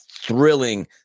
thrilling